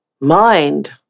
mind